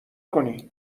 کنی